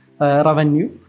revenue